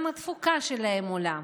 גם התפוקה שלהם עולה.